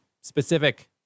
specific